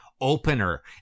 opener